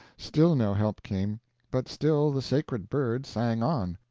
still no help came but still the sacred bird sang on.